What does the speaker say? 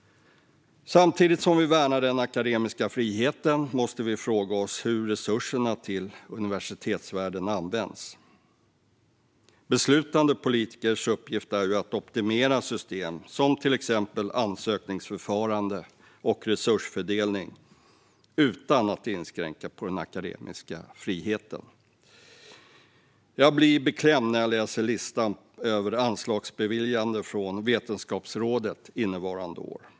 Samtidigt som vi värnar den akademiska friheten måste vi fråga oss hur resurserna till universitetsvärlden används. Beslutande politikers uppgift är ju att optimera system, till exempel ansökningsförfarande och resursfördelning, utan att inskränka på den akademiska friheten. Jag blir beklämd när jag läser listan över anslagsbeviljande från Vetenskapsrådet innevarande år.